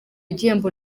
igihembo